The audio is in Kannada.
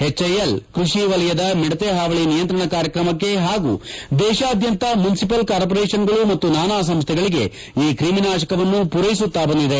ಎಚ್ಐಎಲ್ ಕೃಷಿ ಸಚಿವಾಲಯದ ಮಿಡತೆ ಹಾವಳಿ ನಿಯಂತ್ರಣ ಕಾರ್ಯಕ್ರಮಕ್ಕೆ ಹಾಗೂ ದೇಶಾದ್ಯಂತ ಮುನ್ಸಿಪಲ್ ಕಾರ್ಮೊರೇಷನ್ಗಳು ಮತ್ತು ನಾನಾ ಸಂಸ್ಥೆಗಳಿಗೆ ಈ ಕ್ರಿಮಿನಾಶಕವನ್ನು ಪೂರೈಸುತ್ತಾ ಬಂದಿದೆ